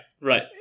right